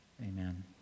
amen